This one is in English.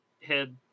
head